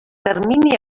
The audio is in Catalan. termini